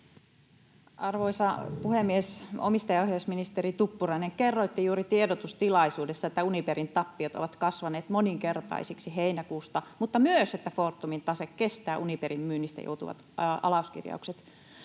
Arvoisa puhemies! Omistajaohjausministeri Tuppurainen, kerroitte juuri tiedotustilaisuudessa, että Uniperin tappiot ovat kasvaneet moninkertaisiksi heinäkuusta, mutta myös, että Fortumin tase kestää Uniperin myynnistä johtuvat alaskirjaukset.